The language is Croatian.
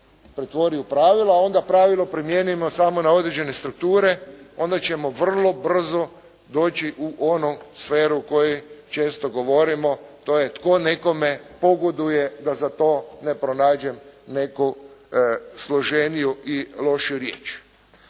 pretvori u pravila, onda pravilo primijenimo samo na određene strukture, onda ćemo vrlo brzo doći u onu sferu o kojoj često govorimo, to je tko nekome pogoduje da za to ne pronađem neku složeniju i lošiju riječ.